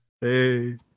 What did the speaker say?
Hey